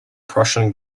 prussian